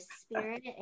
spirit